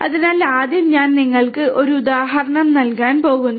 അതിനാൽ ആദ്യം ഞാൻ നിങ്ങൾക്ക് ഒരു ഉദാഹരണം നൽകാൻ പോകുന്നു